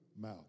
mouth